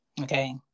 okay